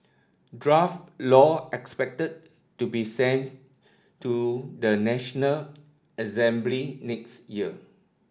draft law expected to be sent to the National Assembly next year